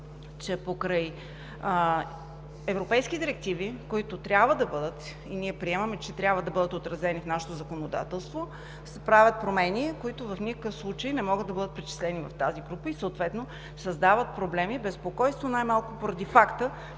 че покрай европейски директиви, които трябва да бъдат и ние приемаме, че трябва да бъдат отразени в нашето законодателство, се правят промени, които в никакъв случай не могат да бъдат причислени в тази група и съответно създават проблем и безпокойство най-малко поради факта,